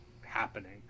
happening